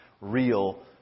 real